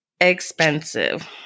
expensive